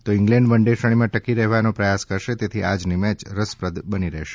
તો England one day શ્રેણીમાં ટકી રહેવા પ્રયાસ કરશે તેથી આજની મેય રસપ્રદ બની રહેશે